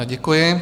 Děkuji.